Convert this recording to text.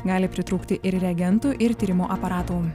gali pritrūkti ir reagentų ir tyrimo aparatų